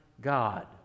God